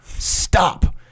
Stop